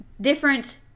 different